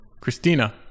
Christina